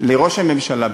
לראש הממשלה,